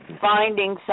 finding